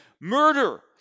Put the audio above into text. Murder